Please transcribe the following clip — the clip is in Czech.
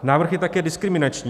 Návrh je také diskriminační.